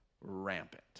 rampant